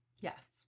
Yes